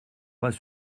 pas